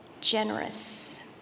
generous